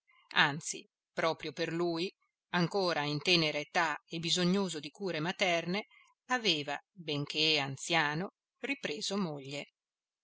anzi proprio per lui ancora in tenera età e bisognoso di cure materne aveva benché anziano ripreso moglie